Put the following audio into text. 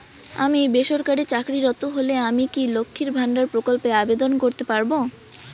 আমি বেসরকারি চাকরিরত হলে আমি কি লক্ষীর ভান্ডার প্রকল্পে আবেদন করতে পারব?